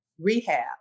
rehab